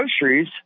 groceries